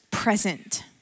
present